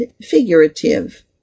figurative